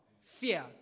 fear